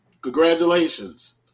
Congratulations